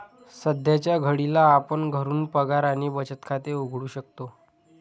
सध्याच्या घडीला आपण घरून पगार आणि बचत खाते उघडू शकतो